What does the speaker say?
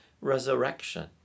resurrection